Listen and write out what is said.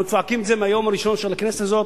אנחנו צועקים את זה מהיום הראשון של הכנסת הזאת,